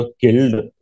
killed